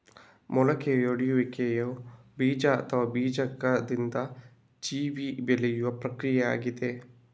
ಮೊಳಕೆಯೊಡೆಯುವಿಕೆಯು ಬೀಜ ಅಥವಾ ಬೀಜಕದಿಂದ ಜೀವಿ ಬೆಳೆಯುವ ಪ್ರಕ್ರಿಯೆಯಾಗಿದೆ